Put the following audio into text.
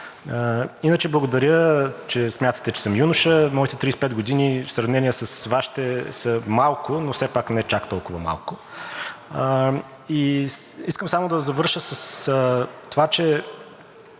Иначе благодаря, че смятате, че съм юноша. Моите 35 години в сравнение с Вашите са малко, но все пак не чак толкова малко. Искам само да завърша с това, че